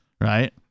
Right